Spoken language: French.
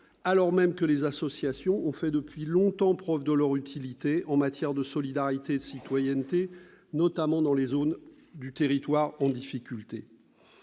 alors même que les associations ont fait depuis longtemps la preuve de leur utilité en matière de solidarité et de citoyenneté, notamment dans les zones en difficulté